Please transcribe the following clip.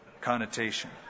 connotation